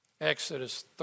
Exodus